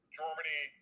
germany